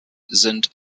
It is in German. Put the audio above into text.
sind